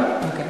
אוקיי.